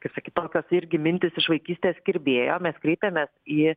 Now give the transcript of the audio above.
kaip sakyt tokios irgi mintys iš vaikystės kirbėjo mes kreipėmės į